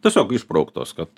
tiesiog išbrauktos kad